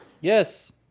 Yes